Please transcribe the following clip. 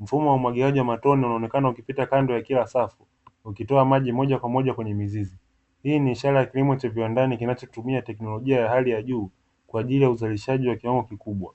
Mfumo wa umwagiliaji wa matone unaonekana ukipita kando ya kila safu ukitoa maji moja kwa moja kwenye mizizi, hii ni ishara ya kilimo cha viwandani kinachotumia teknolojia ya hali ya juu kwa ajili ya uzalishaji wa kiwango kikubwa.